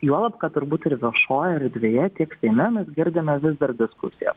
juolab kad turbūt ir viešojoj erdvėje tiek seime mes girdime vis dar diskusijas